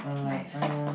nice